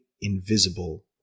invisible